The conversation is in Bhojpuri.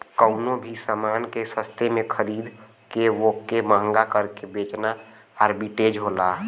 कउनो भी समान के सस्ते में खरीद के वोके महंगा करके बेचना आर्बिट्रेज होला